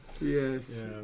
Yes